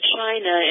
China